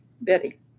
Betty